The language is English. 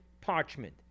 parchment